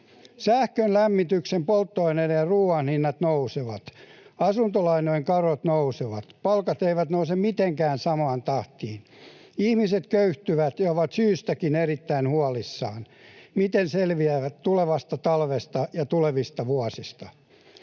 Sähkön, lämmityksen, polttoaineiden ja ruoan hinnat nousevat. Asuntolainojen korot nousevat. Palkat eivät nouse mitenkään samaan tahtiin. Ihmiset köyhtyvät ja ovat syystäkin erittäin huolissaan siitä, miten selviävät tulevasta talvesta ja tulevista vuosista.